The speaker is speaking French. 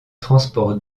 transports